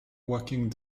walking